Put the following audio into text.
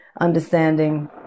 understanding